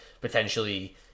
potentially